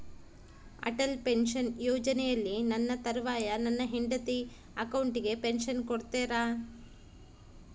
Atal pension ಯೋಜನೆಯಲ್ಲಿ ನನ್ನ ತರುವಾಯ ನನ್ನ ಹೆಂಡತಿ ಅಕೌಂಟಿಗೆ ಪೆನ್ಶನ್ ಕೊಡ್ತೇರಾ?